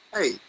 hey